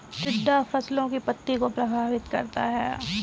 टिड्डा फसलों की पत्ती को प्रभावित करता है